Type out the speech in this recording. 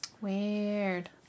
Weird